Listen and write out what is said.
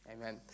Amen